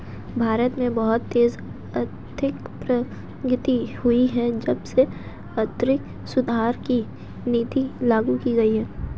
भारत में बहुत तेज आर्थिक प्रगति हुई है जब से आर्थिक सुधार की नीति लागू की गयी है